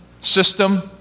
system